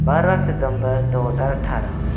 बारह सितंबर दो हज़ार अठारह